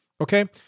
Okay